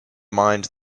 mind